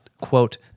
Quote